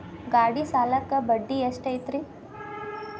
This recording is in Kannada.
ಗಾಡಿ ಸಾಲಕ್ಕ ಬಡ್ಡಿ ಎಷ್ಟೈತ್ರಿ?